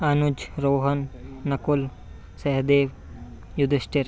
Anuj Rohan Nakul Sahdev Yudhishthir